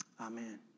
Amen